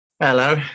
Hello